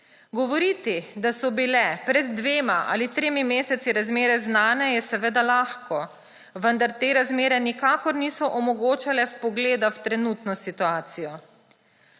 Govoriti, da so bile pred dvema ali tremi meseci razmere znane, je seveda lahko, vendar te razmere nikakor niso omogočale vpogleda v trenutno situacijo.